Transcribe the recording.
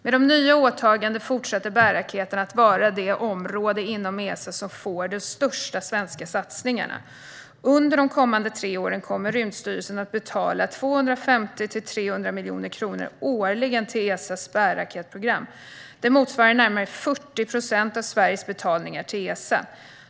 Med de nya åtagandena fortsätter bärraketerna att vara det område inom Esa som får de största svenska satsningarna. Under de kommande tre åren kommer Rymdstyrelsen att betala 250-300 miljoner kronor årligen till Esas bärraketsprogram. Det motsvarar närmare 40 procent av Sveriges betalningar till Esa.